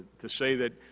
to say that,